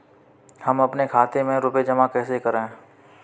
हम अपने खाते में रुपए जमा कैसे करें?